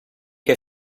che